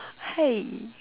hey